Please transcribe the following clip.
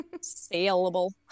Saleable